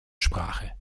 sprache